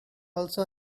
also